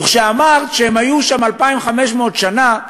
וכשאמרת שהם היו שם 2,500 שנה,